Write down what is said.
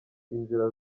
inzira